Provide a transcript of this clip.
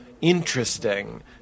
interesting